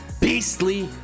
beastly